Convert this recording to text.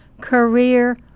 career